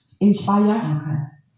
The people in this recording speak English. Inspire